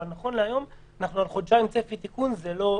אבל נכון להיום אנחנו בצפי לחודשיים לתיקון וזה לא פשוט.